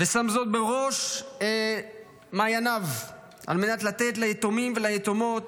ושם זאת בראש מעייניו על מנת לתת ליתומים וליתומות,